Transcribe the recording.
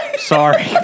Sorry